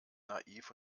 naiv